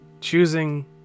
choosing